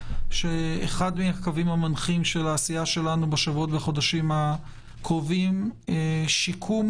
שאחד מהקווים המנחים של העשייה שלנו בשבועות והחודשים הקרובים הם שיקום